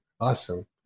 awesome